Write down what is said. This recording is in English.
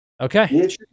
Okay